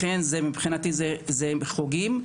לכן מבחינתי זה חוגים.